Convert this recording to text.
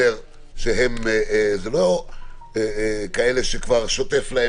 זה לא כאלה שהאישורים כבר שוטפים,